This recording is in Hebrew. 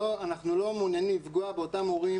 אנחנו לא מעוניינים לפגוע באותם הורים